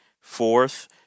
Fourth